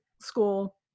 school